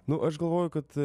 nu aš galvoju kad